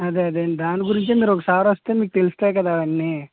అదే అదే అండి దాని గురించే మీరు ఒకసారి వస్తే మీకు తెలుస్తాయి కదా అన్ని